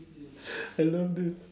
I love this